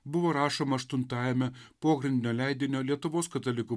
buvo rašoma aštuntajame pogrindinio leidinio lietuvos katalikų